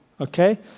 okay